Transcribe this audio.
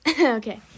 Okay